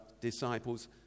disciples